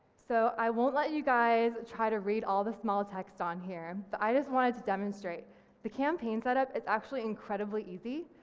so i won't let you guys try to read all the small text on here, and i just wanted to demonstrate the campaign setup it's actually incredibly easy.